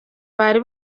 bari